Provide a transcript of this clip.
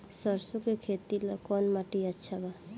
सरसों के खेती ला कवन माटी अच्छा बा?